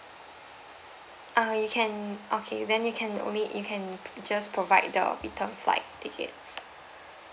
uh you can okay then you can only you can just provide the return flight tickets